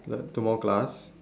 like two more class